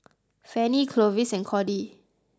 Fannie Clovis and Cordie